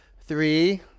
Three